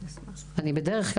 בדרך-כלל,